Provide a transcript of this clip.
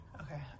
Okay